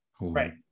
Right